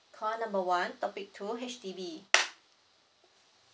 call number one topic two H_D_B